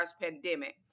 pandemic